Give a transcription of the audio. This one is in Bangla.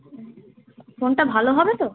ফোনটা ভালো হবে তো